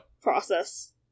process